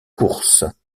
course